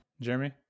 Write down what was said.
Jeremy